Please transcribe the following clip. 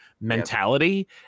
mentality